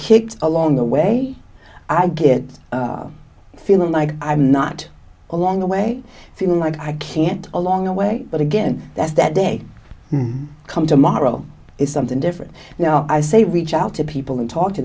kicked along the way i get feeling like i'm not along the way feeling like i can't along a way but again that's that day come tomorrow is something different now i say reach out to people and talk to